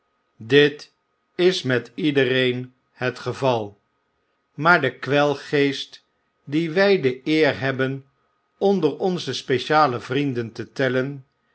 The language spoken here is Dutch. dit is met iedereen het geval maar de kwelgeest dien wy de eer hebben onder onze speciale vrienden te tellen